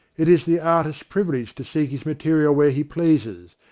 it is the artist's privilege to seek his material where he pleases,